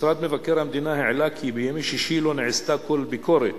משרד מבקר המדינה העלה כי בימי שישי לא נעשתה כל ביקורת